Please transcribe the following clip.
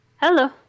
Hello